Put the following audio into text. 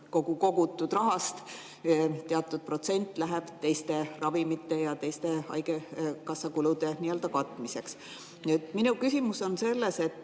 kogutud rahast teatud protsent läheb teiste ravimite ja teiste haigekassa kulude katmiseks? Minu küsimus on selles,